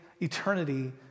eternity